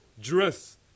dress